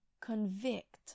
convict